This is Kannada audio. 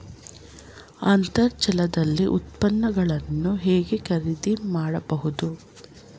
ಅಂತರ್ಜಾಲದಲ್ಲಿ ಉತ್ಪನ್ನಗಳನ್ನು ಹೇಗೆ ಖರೀದಿ ಮಾಡುವುದು?